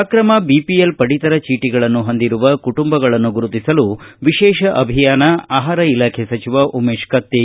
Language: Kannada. ಅಕ್ರಮ ಬಿಪಿಎಲ್ ಪಡಿತರ ಚೀಟಿಗಳನ್ನು ಹೊಂದಿರುವ ಕುಟುಂಬಗಳನ್ನು ಗುರುತಿಸಲು ವಿಶೇಷ ಅಭಿಯಾನ ಆಹಾರ ಇಲಾಖೆ ಸಚಿವ ಉಮೇಶ್ ಕತ್ತಿ